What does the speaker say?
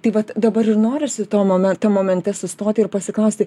tai vat dabar ir norisi to moment tam momente sustoti ir pasiklausti